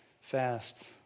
fast